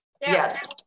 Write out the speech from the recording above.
Yes